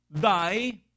die